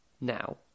now